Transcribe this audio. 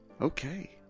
okay